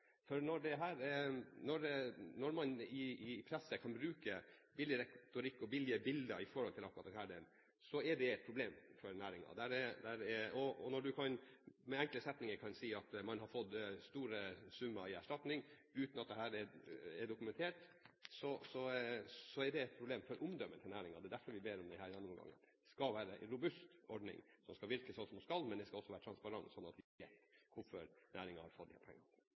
omdømme. Når man i pressen kan bruke billig retorikk og billige bilder når det gjelder dette, er det et problem for næringen. Når man med enkle setninger kan si at man har fått store summer i erstatning, uten at dette er dokumentert, er det et problem for omdømmet til næringen. Derfor ber vi om denne gjennomgangen. Det skal være en robust ordning som skal virke slik som den skal, men den skal også være transparent, slik at vi vet hvorfor næringen har fått disse pengene. Jeg skjønner representantenes utålmodighet, fordi det er viktig at vi får rammene rundt norsk reindrift bedre på stell enn de